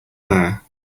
there